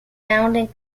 founding